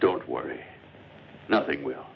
don't worry nothing will